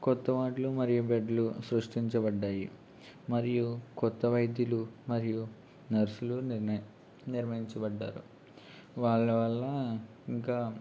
కొత్త వార్డులు మరియు బెడ్లు సృష్టించబడినాయి మరియు కొత్త వైద్యులు మరియు నర్సులు నిర్ణ నిర్ణయించబడినారు వాళ్ళ వల్ల ఇంకా